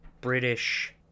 British